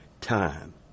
time